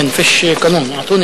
סעיפים